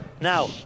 Now